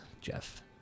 Jeff